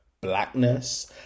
blackness